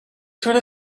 through